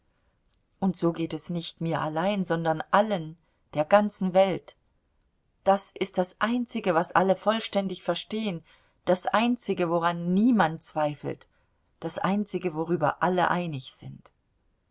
und so geht es nicht mir allein sondern allen der ganzen welt das ist das einzige was alle vollständig verstehen das einzige woran niemand zweifelt das einzige worüber alle einig sind